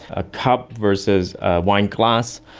a cup versus a wine glass,